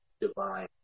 divine